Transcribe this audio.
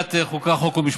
לוועדת חוקה, חוק ומשפט.